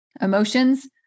emotions